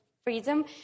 Freedom